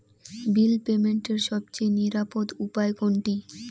বিল পেমেন্টের সবচেয়ে নিরাপদ উপায় কোনটি?